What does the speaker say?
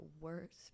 worst